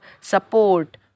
support